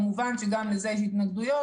כמובן שגם לזה יש התנגדויות,